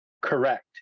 Correct